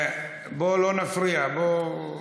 בוא, לא נפריע.